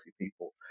people